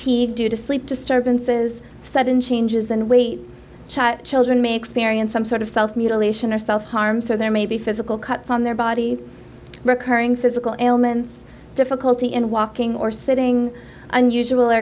fatigue due to sleep disturbances sudden changes and we children may experience some sort of self mutilation self harm so there may be physical cuts on their body recurring physical elements difficulty in walking or sitting unusual or